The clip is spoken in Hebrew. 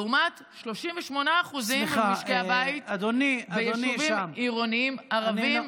לעומת 38% ממשקי הבית ביישובים עירוניים ערביים.